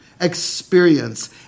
experience